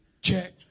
check